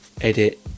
edit